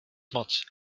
moc